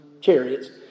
chariots